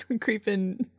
creeping